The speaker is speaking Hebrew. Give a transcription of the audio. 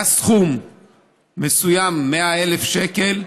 היה סכום מסוים, 100,000 שקל,